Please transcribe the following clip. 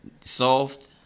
soft